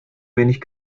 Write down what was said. wenig